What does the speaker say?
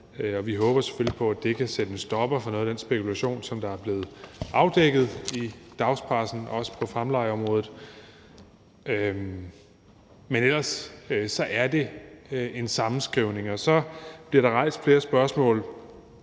vi håber selvfølgelig på, at det kan sætte en stopper for noget af den spekulation, som er blevet afdækket i dagspressen, også på fremlejeområdet. Men ellers vil jeg sige, at det er en sammenskrivning. Så bliver der rejst flere spørgsmål: